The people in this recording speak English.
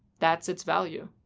that's its value.